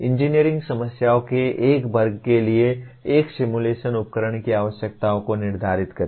engineering समस्याओं के एक वर्ग के लिए एक सिमुलेशन उपकरण की आवश्यकताओं को निर्धारित करें